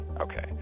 Okay